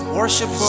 Worship